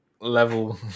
level